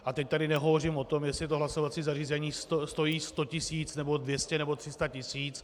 A teď tady nehovořím o tom, jestli to hlasovací zařízení stojí 100 tisíc, nebo 200, nebo 300 tisíc.